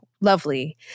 lovely